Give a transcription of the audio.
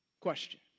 Question